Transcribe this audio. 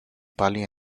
bali